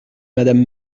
madame